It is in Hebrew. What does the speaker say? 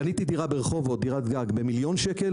קניתי דירת גג ברחובות במיליון שקל,